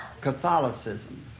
Catholicism